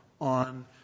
on